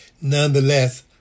nonetheless